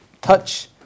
Touch